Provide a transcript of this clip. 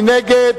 מי נגד?